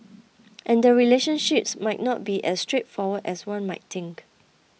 and the relationships might not be as straightforward as one might think